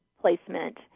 placement